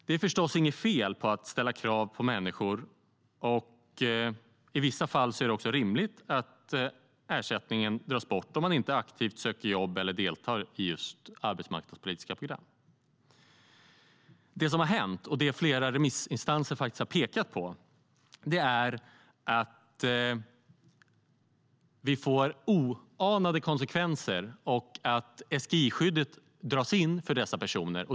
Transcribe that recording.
Det är förstås inte fel att ställa krav på människor. I vissa fall är det också rimligt att ersättningen dras in om man inte aktivt söker jobb eller deltar i arbetsmarknadspolitiska program. Det som hänt, och som flera remissinstanser pekat på, är att det får oanade konsekvenser och att SGI-skyddet dras in för dessa personer.